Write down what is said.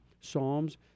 Psalms